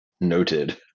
Noted